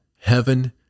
heaven